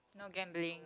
no gambling